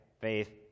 Faith